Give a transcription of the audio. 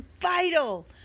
Vital